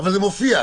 זה מופיע.